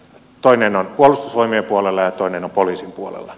toinen on puolustusvoimien puolella ja toinen poliisin puolella